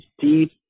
deep